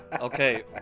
Okay